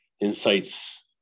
insights